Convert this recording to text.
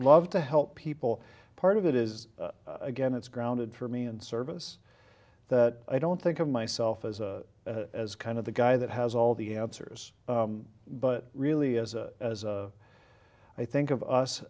love to help people part of it is again it's grounded for me and service that i don't think of myself as a as kind of the guy that has all the answers but really as a as i think of us